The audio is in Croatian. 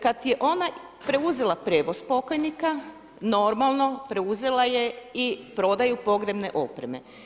Kad je ona preuzela prijevoz pokojnika normalno preuzela je i prodaju pogrebne opreme.